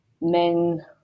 men